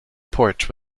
porch